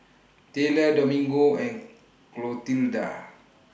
Tayler Domingo and Clotilda